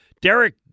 Derek